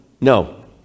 No